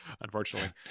unfortunately